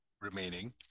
remaining